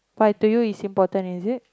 but to you it's important is it